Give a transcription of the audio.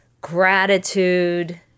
gratitude